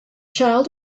child